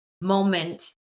moment